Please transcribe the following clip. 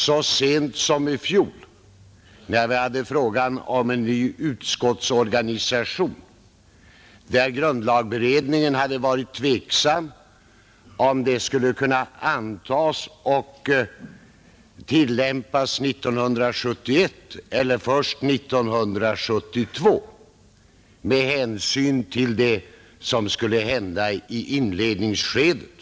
Så sent som i fjol, när vi behandlade frågan om en ny utskottsorganisation, hade grundlagberedningen varit tveksam om förslaget skulle kunna antas och tillämpas 1971 eller först 1972 med hänsyn till det som skulle hända i inledningsskedet.